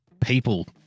people